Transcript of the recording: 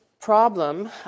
problem